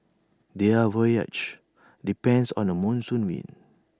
their voyages depends on the monsoon winds